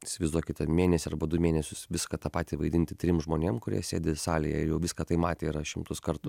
įsivaizduokite mėnesį arba du mėnesius viską tą patį vaidinti trim žmonėm kurie sėdi salėje ir jau viską tai matę yra šimtus kartų